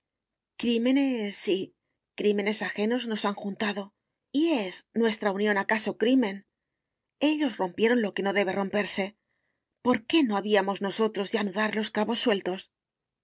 crímenes sí crímenes ajenos nos han juntado y es nuestra unión acaso crimen ellos rompieron lo que no debe romperse por qué no habíamos nosotros de anudar los cabos sueltos